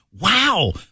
Wow